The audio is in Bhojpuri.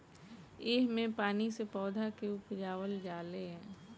एह मे पानी से पौधा के उपजावल जाले